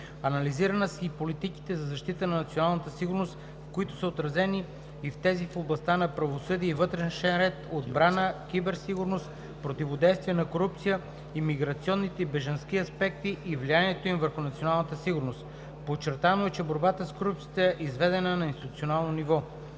Анализирани са и политиките за защита на националната сигурност, в които са отразени и тези в областта на правосъдие и вътрешен ред, отбрана, киберсигурност, противодействие на корупцията и миграционните и бежански аспекти и влиянието им върху националната сигурност. Подчертано е, че борбата с корупцията е изведена на институционално ниво.